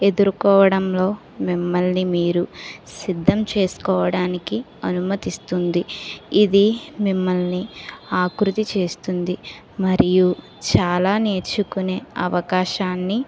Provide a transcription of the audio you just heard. ఎదుర్కోవడంలో మిమ్మల్ని మీరు సిద్ధం చేసుకోవడానికి అనుమతిస్తుంది ఇది మిమ్మల్ని ఆకృతి చేస్తుంది మరియు చాలా నేర్చుకునే అవకాశాన్ని